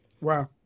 Wow